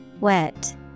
Wet